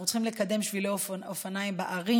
אנחנו צריכים לקדם שבילי אופניים בערים.